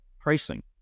pricing